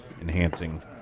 enhancing